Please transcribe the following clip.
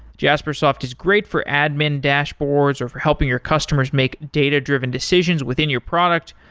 jaspersoft is great for admin dashboards or for helping your customers make data-driven decisions within your product,